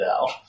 out